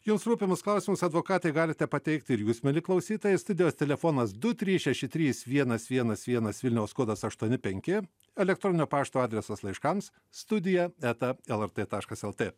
jums rūpimus klausimus advokatei galite pateikti ir jūs mieli klausytojai studijos telefonas du trys šeši trys vienas vienas vienas vilniaus kodas aštuoni penki elektroninio pašto adresas laiškams studija eta lrt taškas lt